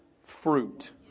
fruit